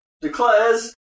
declares